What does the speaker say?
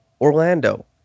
Orlando